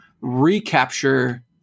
recapture